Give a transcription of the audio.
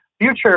future